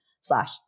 slash